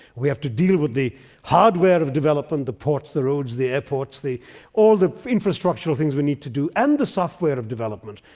we have to deal with the hardware of development, the ports, the roads, the airports, all the infrastructural things we need to do, and the software of development,